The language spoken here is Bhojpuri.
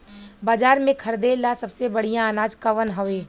बाजार में खरदे ला सबसे बढ़ियां अनाज कवन हवे?